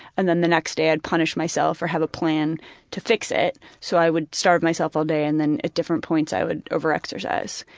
and then the next day i would punish myself or have a plan to fix it. so i would starve myself all day and then at different points i would over-exercise.